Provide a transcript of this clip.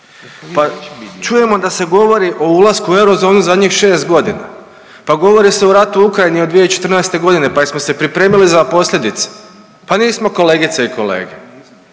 Pa čujemo da se govori o ulasku u eurozonu zadnjih 6 godina. Pa govori se o ratu u Ukrajinu od 2014. godine pa jesmo se pripremili za posljedice, pa nismo kolegice i kolege.